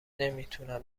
نمیتونم